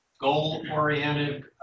goal-oriented